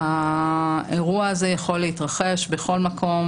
האירוע הזה יכול להתרחש בכל מקום,